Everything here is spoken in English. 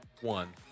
one